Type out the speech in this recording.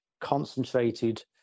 concentrated